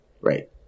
Right